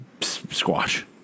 squash